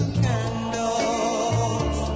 candles